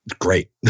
Great